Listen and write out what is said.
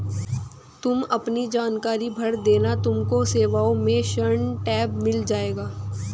तुम अपने जानकारी भर देना तुमको सेवाओं में ऋण टैब मिल जाएगा